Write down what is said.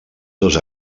dos